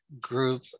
group